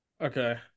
Okay